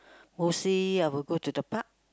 mostly I will go to the park